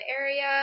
area